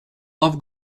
love